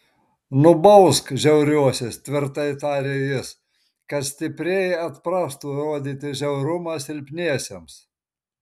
nubausk žiauriuosius tvirtai tarė jis kad stiprieji atprastų rodyti žiaurumą silpniesiems